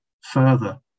further